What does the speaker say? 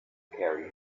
carry